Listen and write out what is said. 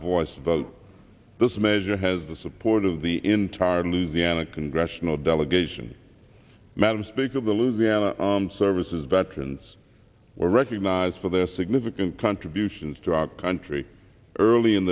voice vote this measure has the support of the entire lose the ana congressional delegation madam speaker of the louisiana services veterans were recognized for their significant contributions to our country early in